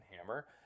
Hammer